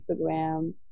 Instagram